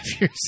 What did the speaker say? years